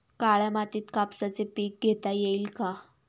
काळ्या मातीत कापसाचे पीक घेता येईल का?